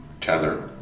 Tether